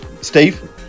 Steve